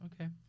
Okay